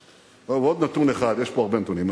ועוד נתון אחד, יש פה הרבה נתונים.